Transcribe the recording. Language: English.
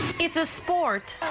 it's a sport.